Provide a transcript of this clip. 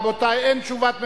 רבותי, אין תשובת ממשלה,